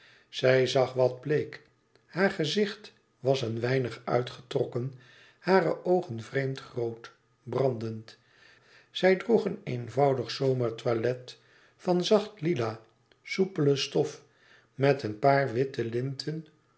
zij zag wat bleek haar gezicht was een weinig uitgetrokken hare oogen vreemd groot brandend zij droeg een eenvoudig zomertoilet van zacht lila soupele stof met een paar witte linten